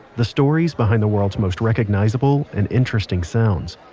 the stories behind the world's most recognizable and interesting sounds.